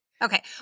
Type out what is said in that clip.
Okay